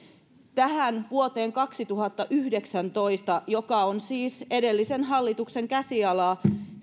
tähän vuoteen kaksituhattayhdeksäntoista nähden joka on siis edellisen hallituksen käsialaa